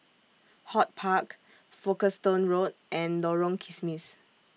HortPark Folkestone Road and Lorong Kismis